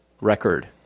record